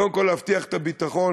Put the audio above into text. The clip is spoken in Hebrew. קודם כול, להבטיח את הביטחון,